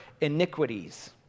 iniquities